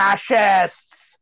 fascists